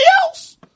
else